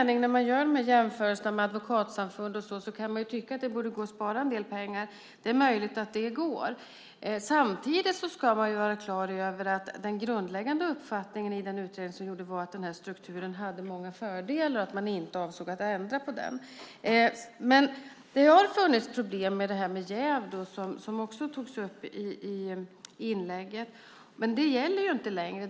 När man gör jämförelsen med advokatsamfund och liknande kan man ju tycka att det borde gå att spara en del pengar, och det är möjligt att det går att göra så. Samtidigt ska man vara klar över att den grundläggande uppfattningen i den utredning som gjordes var att den här strukturen hade många fördelar och att man inte avsåg att ändra på den. Det har funnits problem med jäv, vilket också togs upp i inlägget, men det gäller inte längre.